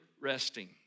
resting